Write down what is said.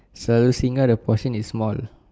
so single the portion is small